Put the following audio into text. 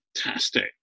fantastic